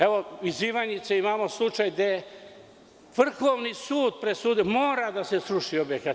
Evo, iz Ivanjice imamo slučaj gde je Vrhovni sud presudio da mora da se sruši objekat.